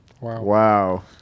Wow